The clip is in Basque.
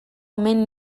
omen